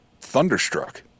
thunderstruck